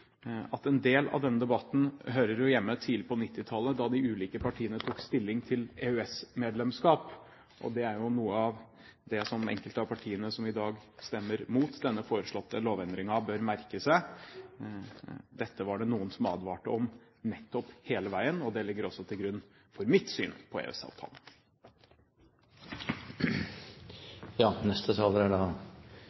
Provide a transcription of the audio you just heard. at en del av denne debatten hører hjemme tidlig på 1990-tallet, da de ulike partiene tok stilling til EØS-medlemskap. Det er noe av det som enkelte av partiene som i dag stemmer mot denne foreslåtte lovendringen, bør merke seg. Dette var det noen som advarte mot hele veien, og det ligger også til grunn for mitt syn på